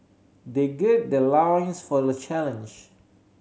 they gird their loins for the challenge